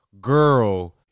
girl